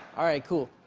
all right, cool.